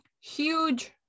huge